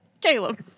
Caleb